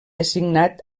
designat